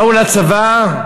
באו לצבא,